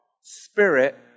spirit